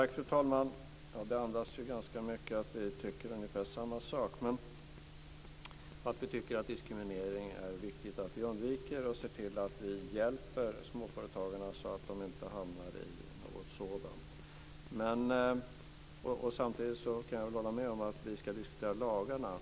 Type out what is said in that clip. Fru talman! Det andas ganska mycket att vi tycker samma sak, att vi tycker att det är viktigt att undvika diskriminering och att vi ska se till att hjälpa småföretagarna så att de inte hamnar i något sådant. Samtidigt kan jag hålla med om att vi ska diskutera lagarna.